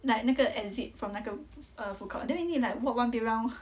like 那个 exit from 那个 err food court then we need to like walk one big round